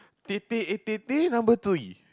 tete-a-tete number three